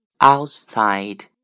outside